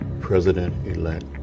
President-elect